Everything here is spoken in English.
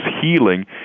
healing